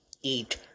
eat